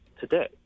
today